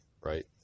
right